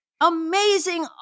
amazing